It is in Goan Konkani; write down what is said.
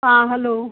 आ हॅलो